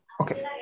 Okay